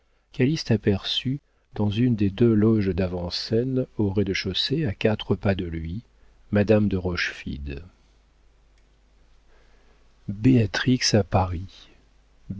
dans une des deux loges d'avant-scène au rez-de-chaussée à quatre pas de lui madame de rochefide béatrix à paris